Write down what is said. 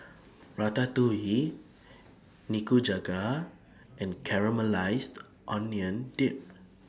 Ratatouille Nikujaga and Caramelized Maui Onion Dip